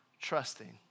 trusting